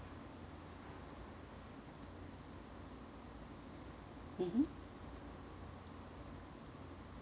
mmhmm